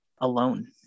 alone